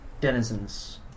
denizens